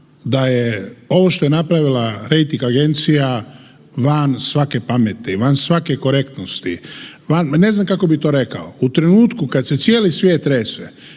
da je ovo što je napravila rejting agencija van svake pameti, van svake korektnosti, ne znam kako bi to rekao. U trenutku kad se cijeli svijet trese,